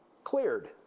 Cleared